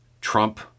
Trump